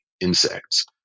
insects